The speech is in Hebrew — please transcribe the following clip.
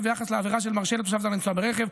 ביחס לעבירה של מרשה לתושב זר לנסוע בישראל,